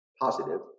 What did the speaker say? positive